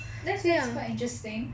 that's that's quite interesting